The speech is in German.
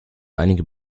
einige